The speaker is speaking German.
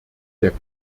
der